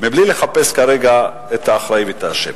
מבלי לחפש כרגע את האחראי ואת האשם.